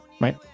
right